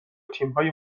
تیمهای